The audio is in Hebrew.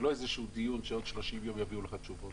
זה לא איזה דיון שבעוד 30 יום יביאו לך תשובות.